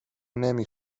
نمی